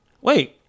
wait